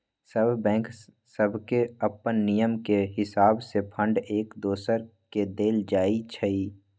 सभ बैंक सभके अप्पन नियम के हिसावे से फंड एक दोसर के देल जाइ छइ